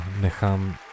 nechám